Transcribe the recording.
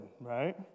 right